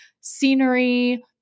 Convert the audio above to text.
scenery